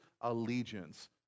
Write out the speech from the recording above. allegiance